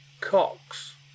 Cox